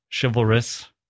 chivalrous